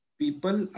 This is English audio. people